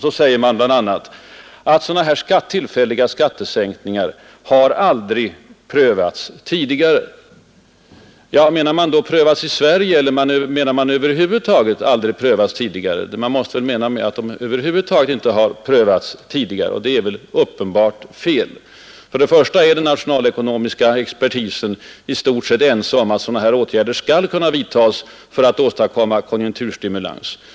Vidare påstår utskottet att tillfälliga skattesänkningar aldrig har prövats tidigare. Menar man att de aldrig prövats i Sverige eller menar man att de över huvud taget aldrig prövats tidigare? Man måste mena att de över huvud taget inte prövats tidigare. Men detta är uppenbart fel. Den nationalekonomiska expertisen är i stort sett ense om att sådana här åtgärder skall vidtagas för att åstadkomma konjunkturstimulans.